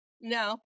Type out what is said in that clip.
no